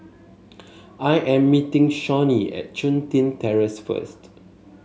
I am meeting Shawnee at Chun Tin Terrace first